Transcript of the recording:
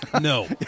No